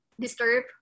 disturb